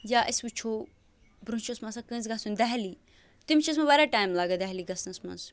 یا أسۍ وُچھو برٛونٛہہ چھِ اوسمُت آسان کٲنٛسہِ گَژھُن دہلی تٔمِس چھِ اوسمُت واریاہ ٹایِم لَگان دہلی گژھنَس منٛز